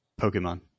Pokemon